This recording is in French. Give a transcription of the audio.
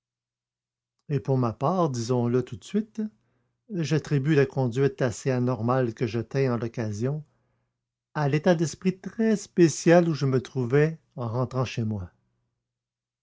et pour ma part disons-le tout de suite j'attribue la conduite assez anormale que je tins en l'occasion à l'état d'esprit très spécial où je me trouvais en rentrant chez moi